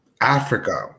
Africa